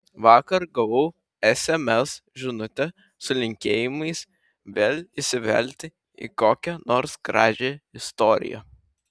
vakar gavau sms žinutę su linkėjimais vėl įsivelti į kokią nors gražią istoriją